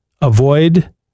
avoid